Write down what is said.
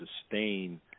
sustain